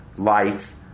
Life